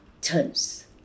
turns